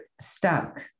stuck